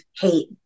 hate